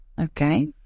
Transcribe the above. Okay